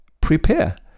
prepare